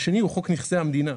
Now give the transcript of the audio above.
והשני הוא חוק נכסי המדינה.